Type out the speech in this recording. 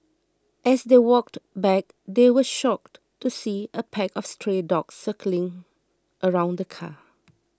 as they walked back they were shocked to see a pack of stray dogs circling around the car